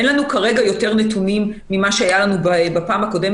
אין לנו כרגע יותר נתונים ממה שהיו לנו בפעם הקודמת